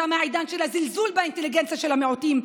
תם העידן של הזלזול באינטליגנציה של המיעוטים,